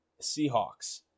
Seahawks